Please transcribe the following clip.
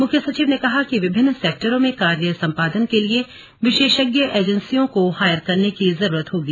मुख्य सचिव ने कहा कि विभिन्न सेक्टरों में कार्य सम्पादन के लिए विशेषज्ञ एजेंसियों को हायर करने की जरूरत होगी